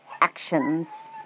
actions